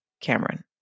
Cameron